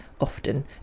often